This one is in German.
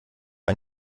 ein